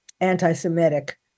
anti-Semitic